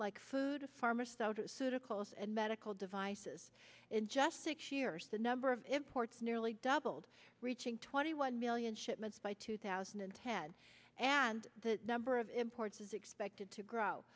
like food a farmer so to sue tickles and medical devices in just six years the number of imports nearly doubled reaching twenty one million shipments by two thousand and ten and the number of imports is expected to grow